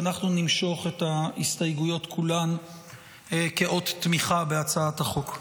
אנחנו נמשוך את ההסתייגויות כולן כאות תמיכה בהצעת החוק.